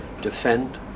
defend